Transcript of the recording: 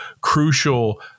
crucial